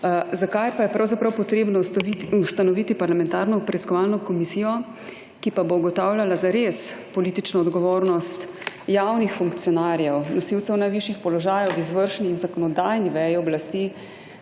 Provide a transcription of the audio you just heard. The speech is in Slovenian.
Zakaj pa je pravzaprav potrebno ustanoviti parlamentarno preiskovalno komisijo, ki pa bo ugotavljala zares politično odgovornost javnih funkcionarjev, nosilcev najvišjih položajev v izvršni in zakonodajni veji oblasti